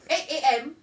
eight A_M